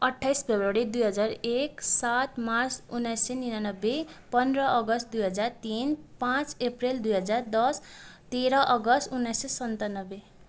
अठ्ठाइस फेब्रुअरी दुई हजार एक सात मार्च उन्नाइस सय उनानब्बे पन्ध्र अगस्त दुई हजार तिन पाँच अप्रेल दुई हजार दस तेह्र अगस्त उन्नाइस सय सन्तानब्बे